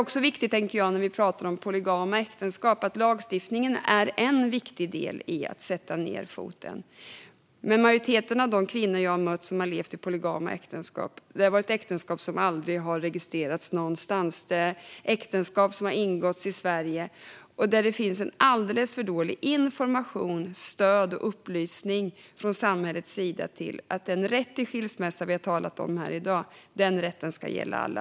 När vi talar om polygama äktenskap är lagstiftningen en viktig del i att sätta ned foten. Men när det gäller majoriteten av de kvinnor jag har mött som lever i polygama äktenskap har äktenskapen aldrig registrerats. Och det är äktenskap som har ingåtts i Sverige. Det finns alldeles för dålig information, stöd och upplysning från samhället om att rätten till skilsmässa, som vi har talat om här i dag, ska gälla alla.